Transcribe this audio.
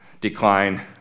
decline